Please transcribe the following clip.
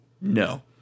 no